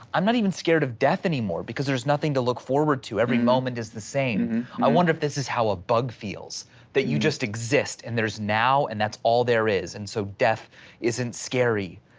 i'm not even scared of death anymore. because there's nothing to look forward to every moment is the same. i wonder if this is how a bug feels that you just exist, and there's now and that's all there is. and so death isn't scary.